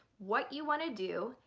what you want to do,